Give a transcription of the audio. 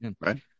Right